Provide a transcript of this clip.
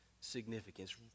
significance